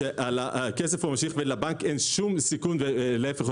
כשהכסף ממשיך ולבנק אין שום סיכון אלא להפך,